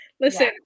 Listen